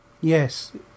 Yes